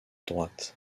droite